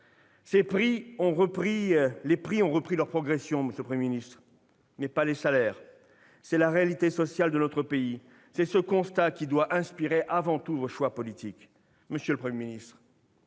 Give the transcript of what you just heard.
Les prix ont repris leur progression, mais pas les salaires. C'est la réalité sociale de notre pays. C'est ce constat qui doit inspirer, avant tout, vos choix politiques.